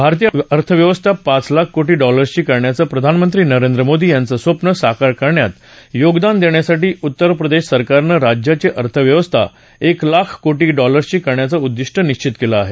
भारतीय अर्थव्यवस्था पाच लाख कोटी डॉलर्सची करण्याचं प्रधानमंत्री नरेंद्र मोदी यांचं स्वप्न साकार करण्यात योगदान देण्यासाठी उत्तर प्रदेश सरकारनं राज्याची अर्थव्यवस्था एक लाख कोटी डॉलर्सची करण्याचं उद्दिष्ट निश्वित केलं आहे